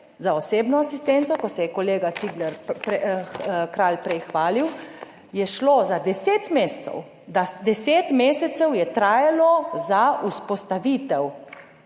za osebno asistenco, ko se je kolega Cigler Kralj prej hvalil, je šlo za deset mesecev, da, deset mesecev je trajalo za vzpostavitev